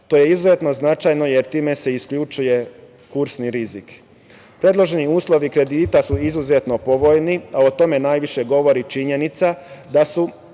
To je izuzetno značajno, jer time se isključuje kursni rizik. Predloženi uslovi kredita su izuzetno povoljni, ali o tome najviše govori činjenica da se